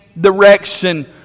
direction